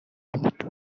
بود